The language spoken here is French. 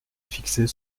fixer